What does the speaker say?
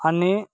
आणि